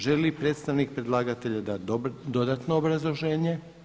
Želi li predstavnik predlagatelja dati dodatno obrazloženje?